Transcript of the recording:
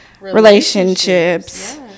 relationships